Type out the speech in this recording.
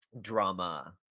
drama